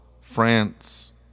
France